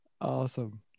Awesome